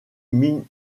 minamoto